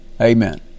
Amen